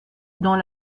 dans